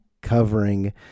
covering